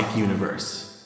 universe